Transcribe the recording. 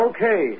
Okay